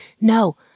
No